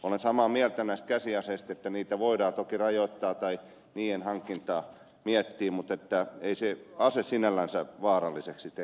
olen samaa mieltä näistä käsiaseista että niitä voidaan toki rajoittaa tai niiden hankintaa miettiä mutta ei se ase sinällänsä vaaralliseksi tee